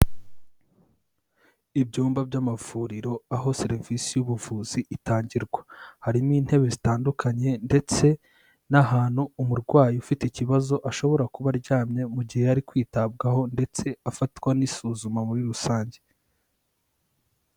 Ibyumba by'amavuriro aho serivisi y'ubuvuzi itangirwa. Harimo intebe zitandukanye ndetse n'ahantu umurwayi ufite ikibazo ashobora kuba aryamye mu gihe ari kwitabwaho ndetse afatwa n'isuzuma muri rusange.